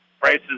prices